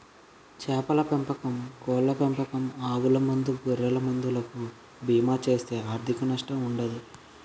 చేపల పెంపకం కోళ్ళ పెంపకం ఆవుల మంద గొర్రెల మంద లకు బీమా చేస్తే ఆర్ధిక నష్టం ఉండదు